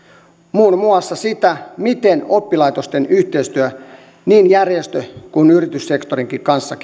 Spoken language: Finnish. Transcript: muun muassa sitä miten oppilaitosten yhteistyö niin järjestö kuin yrityssektorinkin kanssa